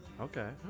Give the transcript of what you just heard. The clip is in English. Okay